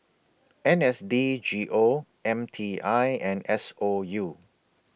N S D G O M T I and S O U